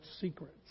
secrets